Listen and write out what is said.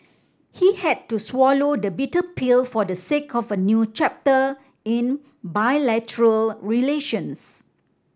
he had to swallow the bitter pill for the sake of a new chapter in bilateral relations